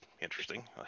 interesting